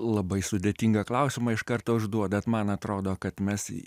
labai sudėtingą klausimą iš karto užduodat man atrodo kad mes